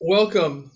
Welcome